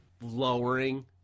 lowering